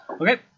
Okay